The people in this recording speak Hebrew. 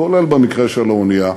כולל במקרה של האונייה,